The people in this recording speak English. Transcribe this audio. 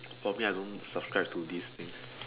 for me I don't subscribe to this things